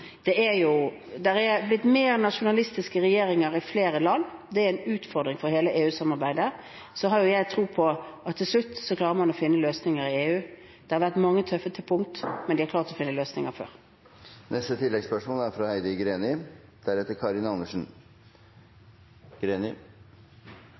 er en utfordring for hele EU-samarbeidet. Så har jo jeg tro på at til slutt klarer man å finne løsninger i EU. Det har vært mange tøffe punkt, men de har klart å finne løsninger før. Heidi Greni – til oppfølgingsspørsmål. Planen EU og Tyrkia har jobbet fram, kan potensielt føre til store endringer i migrasjonsmønsteret. Ifølge avtalen skal alle som drar fra